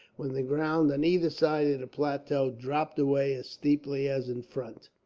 when the ground on either side of the plateau dropped away, as steeply as in front.